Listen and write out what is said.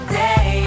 day